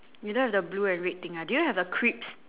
you don't have the blue and red thing ha do you have the crisp